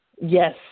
Yes